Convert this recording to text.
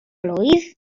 blwydd